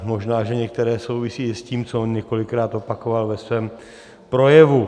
Možná že některé souvisí i s tím, co několikrát opakoval ve svém projevu.